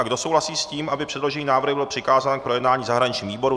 Kdo souhlasí s tím, aby předložený návrh byl přikázán k projednání zahraničnímu výboru?